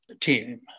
team